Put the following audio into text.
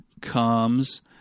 comes